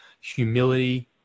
humility